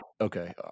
Okay